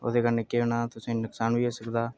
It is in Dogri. ओह्दे कन्नै केह् होना तुसेंगी नकसान बी होई सकदा